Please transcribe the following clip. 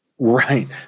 Right